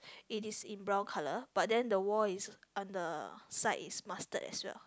it is in brown colour but then the wall is on the side is mustard as well